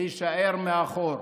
להישאר מאחור.